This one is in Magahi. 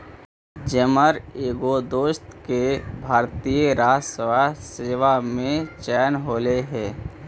जमर एगो दोस्त के भारतीय राजस्व सेवा में चयन होले हे